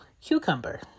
cucumber